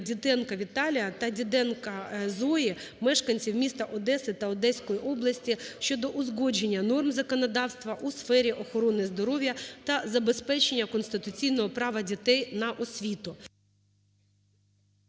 Диденко Зої Юріївни, мешканців міста Одеса та Одеської області, щодо узгодження норм законодавства у сфері охорони здоров'я та забезпечення конституційного права дітей на освіту.